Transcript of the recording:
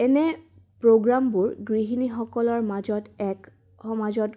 এনে প্ৰগ্ৰামবোৰ গৃহিণীসকলৰ মাজত এক সমাজত